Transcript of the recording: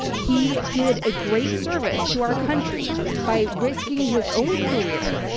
he did a great service to our country by risking his own career,